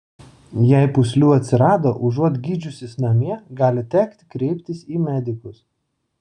jei pūslių atsirado užuot gydžiusis namie gali tekti kreiptis į medikus